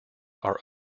are